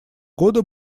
года